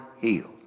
healed